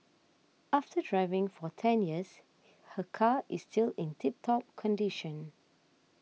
after driving for ten years her car is still in tip top condition